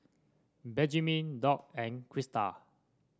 Benjamine Doc and Crysta